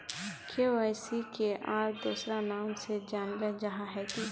KYC के आर दोसरा नाम से जानले जाहा है की?